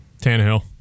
Tannehill